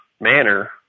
manner